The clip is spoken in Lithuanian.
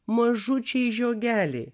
mažučiai žiogeliai